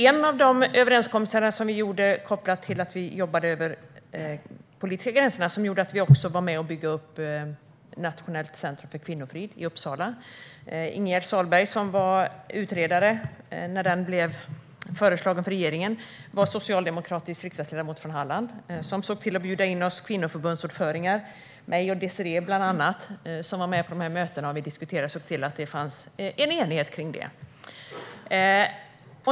En av de överenskommelser som vi träffade över de politiska gränserna ledde till att vi var med om att bygga upp Nationellt centrum för kvinnofrid i Uppsala. Ingegerd Sahlberg var utredare när det föreslogs för regeringen. Hon var socialdemokratisk riksdagsledamot från Halland. Hon såg till att bjuda in oss kvinnoförbundsordförande, bland annat mig och Désirée, till dessa möten. Vi diskuterade och såg till att det fanns en enighet om detta.